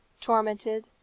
tormented